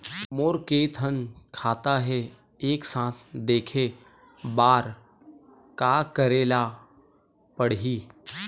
मोर के थन खाता हे एक साथ देखे बार का करेला पढ़ही?